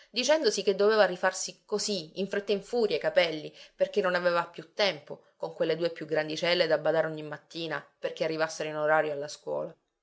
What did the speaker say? dicendosi che doveva rifarsi così in fretta in furia i capelli perché non aveva più tempo con quelle due più grandicelle da badare ogni mattina perché arrivassero in orario alla scuola